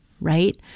right